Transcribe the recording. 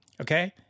okay